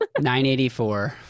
984